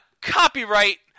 copyright